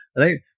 right